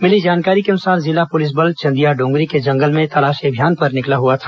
मिली जानकारी के अनुसार जिला पुलिस बल चंदियाडोंगरी के जंगल में तलाशी अभियान पर निकला हुआ था